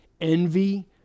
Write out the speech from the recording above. envy